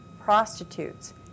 prostitutes